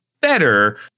better